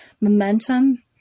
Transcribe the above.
momentum